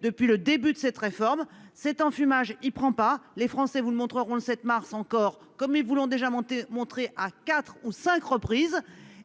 depuis le début de cette réforme cet enfumage il prend pas les Français vous le montreront le 7 mars encore comme il vous l'ont déjà monté. Montrer à 4 ou 5 reprises